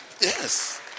Yes